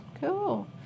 Cool